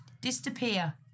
disappear